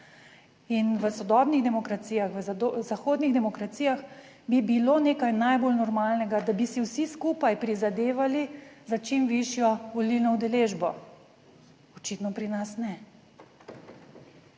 In v sodobnih demokracijah v zahodnih demokracijah bi bilo nekaj najbolj normalnega, da bi si vsi skupaj prizadevali za čim višjo volilno udeležbo. Očitno pri nas ne.